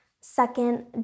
Second